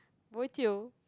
bo jio